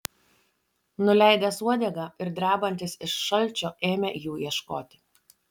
nuleidęs uodegą ir drebantis iš šalčio ėmė jų ieškoti